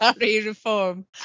reform